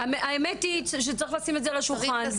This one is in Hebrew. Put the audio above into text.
האמת היא שצריך לשים את זה על השולחן.